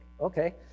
okay